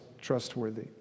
trustworthy